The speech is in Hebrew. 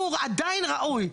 והוא עדיין ראוי,